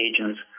agents